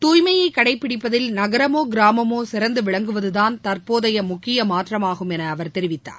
தூய்மையை கடைபிடிப்பதில் நகரமோ கிராமமோ சிறந்து விளங்குவதுதான் தற்போதைய முக்கிய மாற்றமாகும் என அவர் தெரிவித்தார்